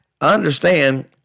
understand